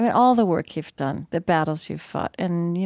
but all the work you've done, the battles you've fought, and,